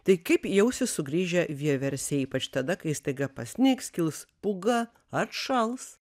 tai kaip jausis sugrįžę vieversiai ypač tada kai staiga pasnigs kils pūga atšals